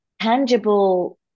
tangible